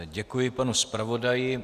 Děkuji panu zpravodaji.